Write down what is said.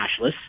cashless